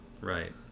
Right